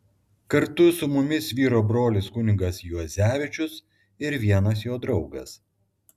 kartu su mumis vyro brolis kunigas juozevičius ir vienas jo draugas